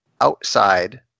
outside